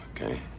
okay